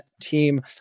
team